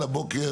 על הבוקר?